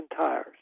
tires